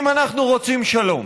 אם אנחנו רוצים שלום.